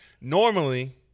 Normally